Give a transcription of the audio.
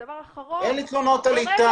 הדבר האחרון --- אין לי תלונות על איתי,